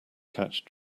catch